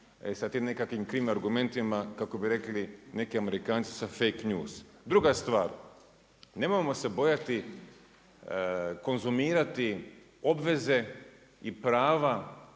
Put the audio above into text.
sa tim nekim krivim argumentima kako bi rekli neki Amerikanci sa „fake news“. Druga stvar, nemojmo se bojati konzumirati obveze i prava